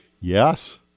Yes